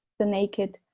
the naked,